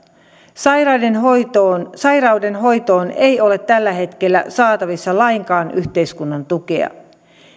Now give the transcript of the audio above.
sairauden hoitoon sairauden hoitoon ei ole tällä hetkellä saatavissa lainkaan yhteiskunnan tukea